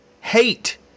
hate